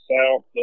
South